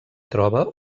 troba